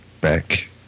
back